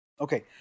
Okay